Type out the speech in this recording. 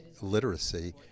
literacy